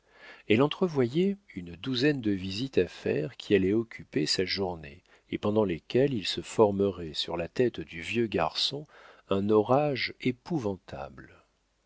elle entrevoyait une douzaine de visites à faire qui allaient occuper sa journée et pendant lesquelles il se formerait sur la tête du vieux garçon un orage épouvantable